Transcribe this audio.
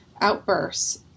outbursts